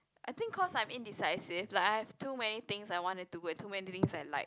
I think cause I'm indecisive like I have too many things I want to do and too many things I like